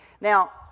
Now